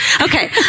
Okay